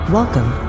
Welcome